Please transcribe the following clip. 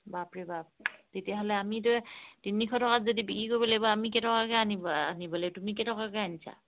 বাপৰে বাপ তেতিয়াহ'লে আমিতো তিনিশ টাকাত যদি বিক্ৰী কৰিব লাগিব আমি কেইটকাকৈ আনিব আনিব লাগিব তুমি কেইটকাকৈ আনিছা